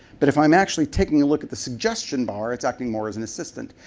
but if i'm actually taking a look at the suggestion bar, it's acting more as an assistant,